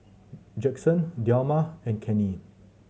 Jackson Delma and Kenney